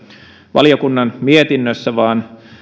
valiokunnan mietinnössä vaan